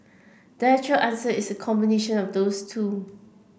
the actual answer is combination of those two